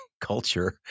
culture